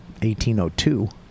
1802